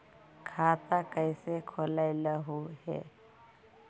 खाता कैसे खोलैलहू हे?